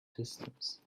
distance